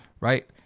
right